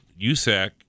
usac